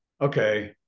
Okay